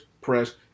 press